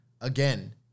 again